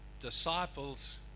disciples